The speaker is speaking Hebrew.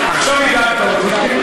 עכשיו הדאגת אותי.